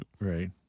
Right